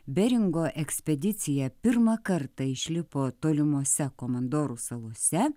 beringo ekspedicija pirmą kartą išlipo tolimose komandorų salose